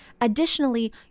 additionally